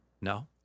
No